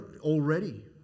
already